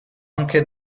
anche